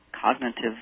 cognitive